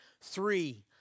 three